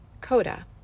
Coda